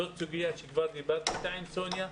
זאת סוגיה שדיברתי עליה עם סוניה.